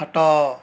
ହାଟ